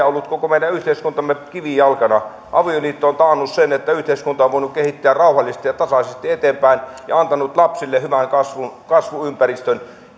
ollut koko meidän yhteiskuntamme kivijalkana avioliitto on taannut sen että yhteiskunta on voinut kehittyä rauhallisesti ja tasaisesti eteenpäin ja antanut lapsille hyvän kasvuympäristön